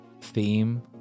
theme